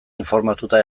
informatuta